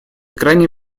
крайне